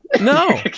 No